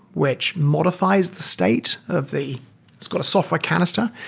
which modifies the state of the it's got a software canister,